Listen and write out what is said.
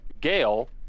Gail